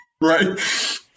Right